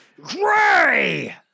Gray